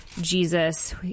Jesus